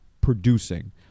Producing